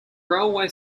railway